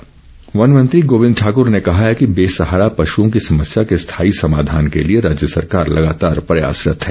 गौसदन वन मंत्री गोविंद ठाकुर ने कहा है कि बेसहारा पशुओं की समस्या के स्थायी समाधान के लिए राज्य सरकार लगातार प्रयासरत हैं